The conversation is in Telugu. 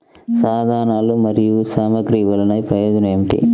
సాధనాలు మరియు సామగ్రి వల్లన ప్రయోజనం ఏమిటీ?